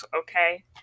okay